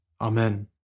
Amen